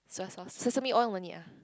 soya sauce sesame sauce all no need ah